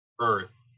earth